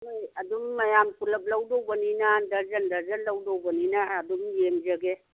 ꯍꯣꯏ ꯑꯗꯨꯝ ꯃꯌꯥꯝ ꯄꯨꯂꯞ ꯂꯧꯗꯧꯕꯅꯤꯅ ꯗꯔꯖꯟ ꯗꯔꯖꯟ ꯂꯧꯗꯧꯕꯅꯤꯅ ꯑꯗꯨꯝ ꯌꯦꯡꯖꯒꯦ